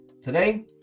today